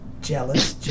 Jealous